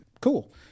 Cool